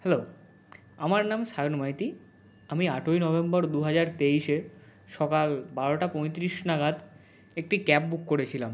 hello আমার নাম সায়ন মাইতি আমি আটই নভেম্বর দু হাজার তেইশে সকাল বারোটা পঁয়ত্রিশ নাগাদ একটি ক্যাব বুক করেছিলাম